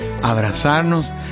abrazarnos